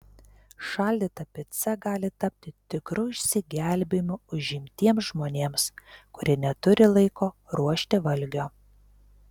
šaldyta pica gali tapti tikru išsigelbėjimu užimtiems žmonėms kurie neturi laiko ruošti valgio